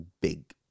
big